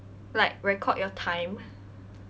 like record your time